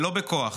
ולא בכוח.